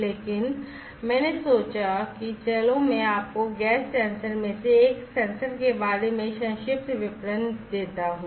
लेकिन मैंने सोचा कि चलो मैं आपको गैस सेंसर में से एक सेंसर के बारे में एक संक्षिप्त विचार देता हूं